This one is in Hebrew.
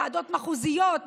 ועדות מחוזיות,